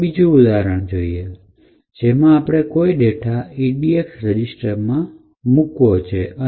ચાલો હવે બીજું ઉદાહરણ જોઇએ કે જેમાં આપણે કોઈપણ ડેટા edx રજીસ્ટર માં મૂકવો છે